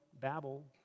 Babel